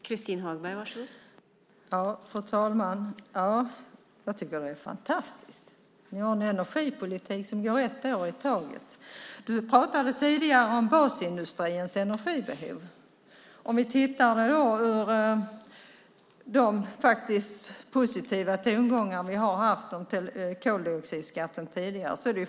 Fru talman! Jag tycker att det är fantastiskt! Ni har en energipolitik som går ett år i taget. Du pratade tidigare om basindustrins energibehov. Vi har hört positiva tongångar om koldioxidskatten tidigare.